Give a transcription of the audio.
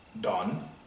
done